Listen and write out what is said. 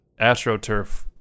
astroturf